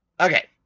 Okay